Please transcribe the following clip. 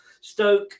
Stoke